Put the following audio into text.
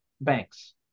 banks